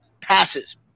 passes